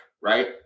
right